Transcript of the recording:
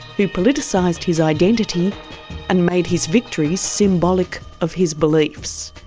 who politicised his identity and made his victories symbolic of his beliefs.